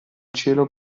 cielo